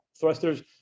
thrusters